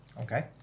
Okay